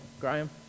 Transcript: Graham